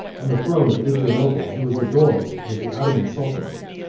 on the throne of adrianople, he was adored as the ottoman sultan,